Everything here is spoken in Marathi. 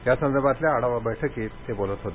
या संदर्भातल्या आढावा बैठकीत ते बोलत होते